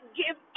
give